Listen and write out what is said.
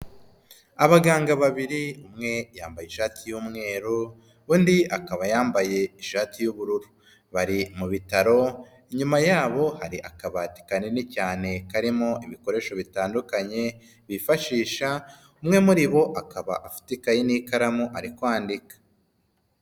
Abaganga babiri umwe yambaye ishati y'umweru, undi akaba yambaye ishati y'ubururu, bari mu bitaro, inyuma yabo hari akabati kanini cyane karimo ibikoresho bitandukanye bifashisha, umwe muri bo akaba afite ikayi n'ikaramu ari kwandika.